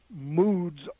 moods